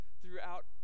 throughout